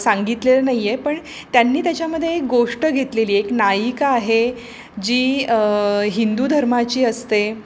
सांगितलेलं नाही आहे पण त्यांनी त्याच्यामध्ये एक गोष्ट घेतलेली आहे एक नायिका आहे जी हिंदू धर्माची असते